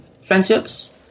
friendships